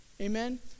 amen